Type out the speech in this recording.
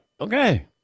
okay